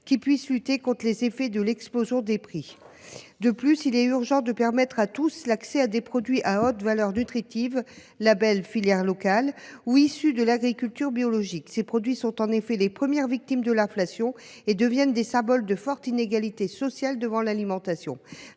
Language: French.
afin de lutter contre les effets de l’explosion des prix. De plus, il est urgent de permettre à tous l’accès à des produits à haute valeur nutritive, issus d’une filière locale ou de l’agriculture biologique. Ces produits sont en effet les premiers touchés par l’inflation et ils deviennent des symboles de forte inégalité sociale devant l’alimentation.